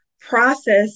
process